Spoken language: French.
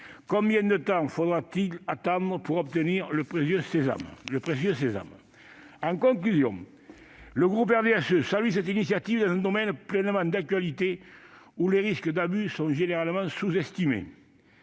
Combien de temps faudra-t-il attendre pour obtenir le précieux sésame ? En conclusion, le groupe du RDSE salue cette initiative dans un domaine pleinement d'actualité, où les risques d'abus sont généralement sous-estimés.